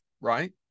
right